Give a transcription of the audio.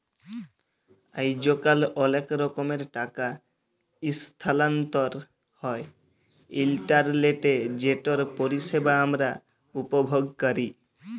আইজকাল অলেক রকমের টাকা ইসথালাল্তর হ্যয় ইলটারলেটে যেটর পরিষেবা আমরা উপভোগ ক্যরি